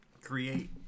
create